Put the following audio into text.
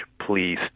please